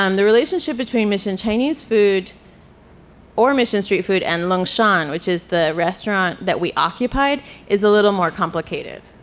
um the relationship between mission chinese food or mission street food and lung shan, which is the restaurant that we occupied is a little more complicated.